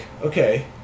Okay